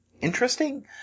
interesting